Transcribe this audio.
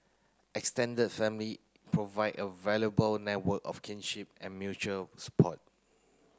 extended family provide a valuable network of kinship and mutual support